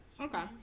Okay